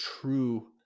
true